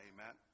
Amen